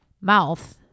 mouth